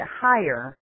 higher